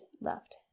left